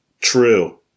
True